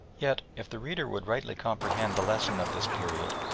yet if the reader would rightly comprehend the lesson of this period,